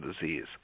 disease